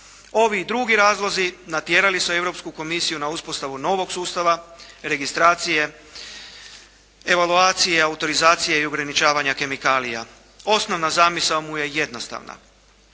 Ovi drugi razlozi natjerali su Europsku komisiju na uspostavu novog sustava registracije, evaluacije, autorizacije i ograničavanja kemikalija. Osnovna zamisao mu je jednostavna.